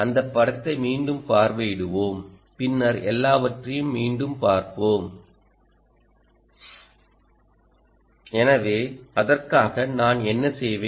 அந்தப் படத்தை மீண்டும் பார்வையிடுவோம் பின்னர் எல்லாவற்றையும் மீண்டும் பார்ப்போம் எனவே அதற்காக நான் என்ன செய்வேன்